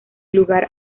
lugar